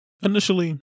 Initially